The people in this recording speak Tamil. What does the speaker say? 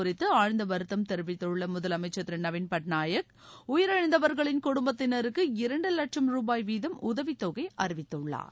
குறித்து ஆழ்ந்த வருத்தம் தெரிவித்துள்ள முதலமைச்சர் திரு நவின்பட்நாயக் விபத்து உயிரிழந்தவர்களின் குடும்பத்தினருக்கு இரண்டு வட்சம் ரூபாய் வீதம் உதவித் தொகை அறிவித்துள்ளார்